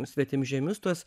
svetimžemius tuos